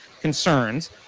concerns –